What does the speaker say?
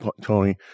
Tony